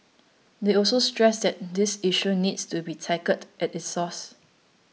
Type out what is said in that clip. they also stressed that this issue needs to be tackled at its source